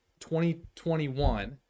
2021